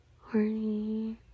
horny